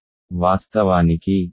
వాస్తవానికి ఉదాహరణకు t plus i ఉన్నాయి